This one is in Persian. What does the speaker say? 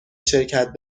شرکت